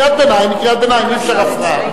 קריאת ביניים היא קריאת ביניים, אי-אפשר הפרעה.